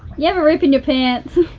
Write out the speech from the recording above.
you have a rip in your pants